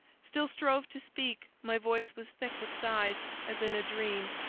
still strove to speak my voice was thick with sighs, as in a dream.